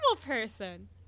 person